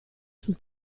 sul